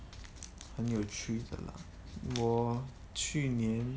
很有 truth 的 lah 我去年